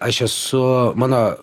aš esu mano